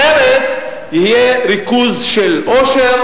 אחרת יהיה ריכוז של עושר,